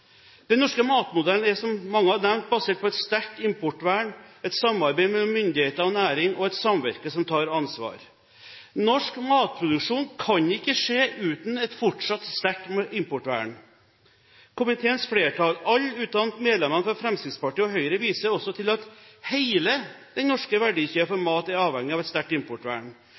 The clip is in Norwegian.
Den norske matmodellen er, som mange har nevnt, basert på et sterkt importvern, samarbeid mellom myndigheter og næring og et samvirke som tar ansvar. Norsk matproduksjon kan ikke skje uten et fortsatt sterkt importvern. Komiteens flertall, alle unntatt medlemmene fra Fremskrittspartiet og Høyre, viser også til at hele den norske verdikjeden for mat er avhengig av et sterkt importvern.